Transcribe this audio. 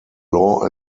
law